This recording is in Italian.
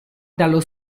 dallo